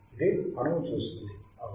ఇదే మనము చూసింది అవునా